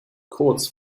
kurz